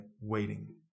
waiting